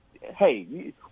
hey